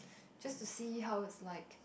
just to see how it's like